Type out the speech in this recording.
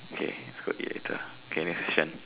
okay go eat later K next question